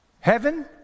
Heaven